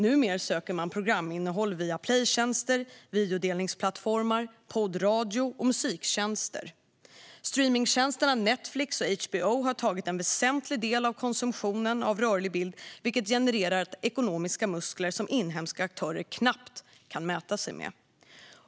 Numera söker man programinnehåll via playtjänster, videodelningsplattformar, poddradio och musiktjänster. Streamningstjänsterna Netflix och HBO har tagit en väsentlig del av konsumtionen av rörlig bild, vilket genererat ekonomiska muskler som inhemska aktörer knappt kan mäta sig med.